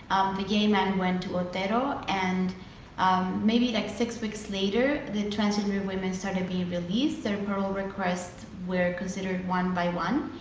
the gay men went to otero. and um maybe like six weeks later, the transgender women started being released. their parole requests were considered one by one.